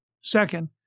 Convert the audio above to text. Second